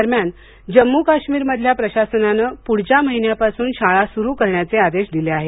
दरम्यान जम्मू काश्मीरमधल्या प्रशासनाने पुढच्या महिन्यापासून शाळा सुरू करण्याचे आदेश दिले आहेत